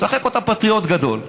שחק אותה פטריוט גדול,